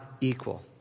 equal